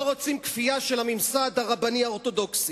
לא רוצים כפייה של הממסד הרבני האורתודוקסי.